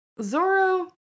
Zoro